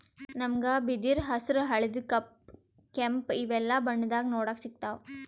ನಮ್ಗ್ ಬಿದಿರ್ ಹಸ್ರ್ ಹಳ್ದಿ ಕಪ್ ಕೆಂಪ್ ಇವೆಲ್ಲಾ ಬಣ್ಣದಾಗ್ ನೋಡಕ್ ಸಿಗ್ತಾವ್